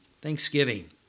Thanksgiving